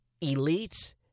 elite